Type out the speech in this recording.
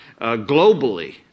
globally